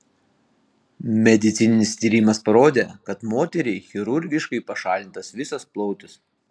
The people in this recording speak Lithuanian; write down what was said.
medicininis tyrimas parodė kad moteriai chirurgiškai pašalintas visas plautis